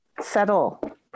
settle